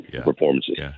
performances